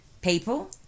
people